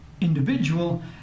individual